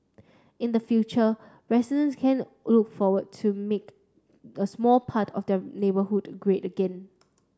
in the future residents can look forward to make the small part of their neighbourhood great again